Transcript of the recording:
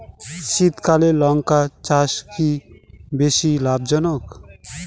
শীতকালে লঙ্কা চাষ কি বেশী লাভজনক?